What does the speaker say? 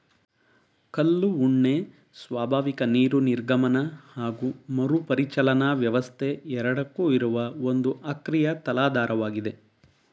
ಕಲ್ಲು ಉಣ್ಣೆ ಸ್ವಾಭಾವಿಕ ನೀರು ನಿರ್ಗಮನ ಹಾಗು ಮರುಪರಿಚಲನಾ ವ್ಯವಸ್ಥೆ ಎರಡಕ್ಕೂ ಇರುವ ಒಂದು ಅಕ್ರಿಯ ತಲಾಧಾರವಾಗಿದೆ